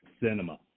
cinema